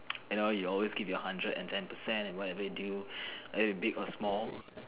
you know you always give your hundred and ten percent in whatever you do every big or small